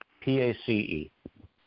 P-A-C-E